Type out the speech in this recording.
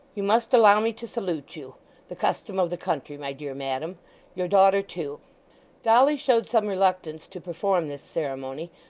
you must allow me to salute you the custom of the country, my dear madam your daughter too dolly showed some reluctance to perform this ceremony,